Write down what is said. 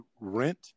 rent